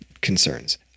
concerns